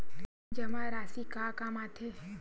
जमा राशि का काम आथे?